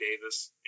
Davis